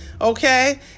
okay